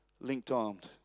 linked-armed